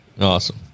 Awesome